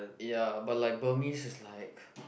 ya but like Burmese is like